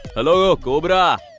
hello cobra!